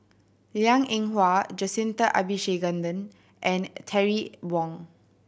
Liang Eng Hwa Jacintha Abisheganaden and Terry Wong